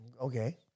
Okay